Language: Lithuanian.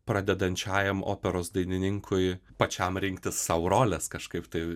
pradedančiajam operos dainininkui pačiam rinktis sau roles kažkaip tai